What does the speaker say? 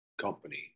company